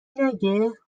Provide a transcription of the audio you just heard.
نگه